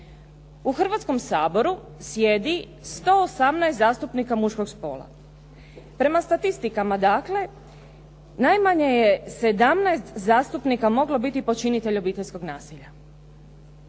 U Hrvatskom saboru sjedi 118 zastupnika muškog spola. Prema statistikama dakle najmanje je 17 zastupnika moglo biti počinitelj obiteljskog nasilja.